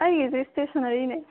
ꯑꯩꯒꯤꯗꯤ ꯏꯁꯇꯦꯁꯅꯔꯤꯅꯦ